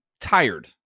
tired